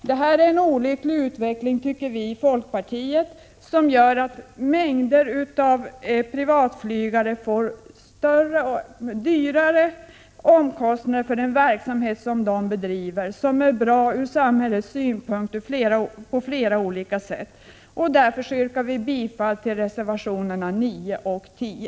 Detta är en olycklig utveckling, tycker vi i folkpartiet, som gör att mängder av privatflygare får högre omkostnader för den verksamhet de bedriver, vilken på flera olika sätt är bra ur samhällets synpunkt. Därför yrkar vi bifall till reservationerna 9 och 10.